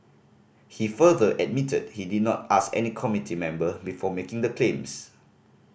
he further admitted he did not ask any committee member before making the claims